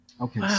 Okay